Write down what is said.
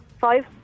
Five